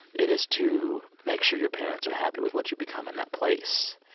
it is to make sure your parents are happy with what you become in that place.